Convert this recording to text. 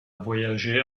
voyagé